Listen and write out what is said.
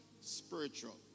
spiritual